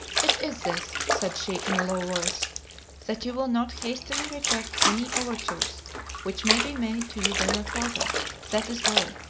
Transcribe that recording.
it is this, said she, in a low voice that you will not hastily reject any overtures which may be made to you by my father that is all.